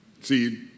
See